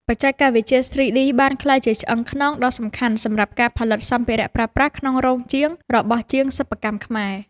បច្ចេកវិទ្យា 3D បានក្លាយជាឆ្អឹងខ្នងដ៏សំខាន់សម្រាប់ការផលិតសម្ភារៈប្រើប្រាស់ក្នុងរោងជាងរបស់ជាងសិប្បកម្មខ្មែរ។